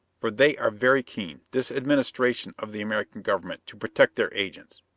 for they are very keen, this administration of the american government, to protect their agents.